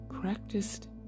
practiced